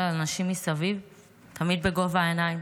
על אנשים מסביב תמיד בגובה העיניים,